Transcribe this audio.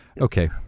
Okay